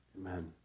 Amen